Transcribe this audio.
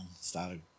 started